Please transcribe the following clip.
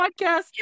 podcast